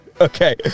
Okay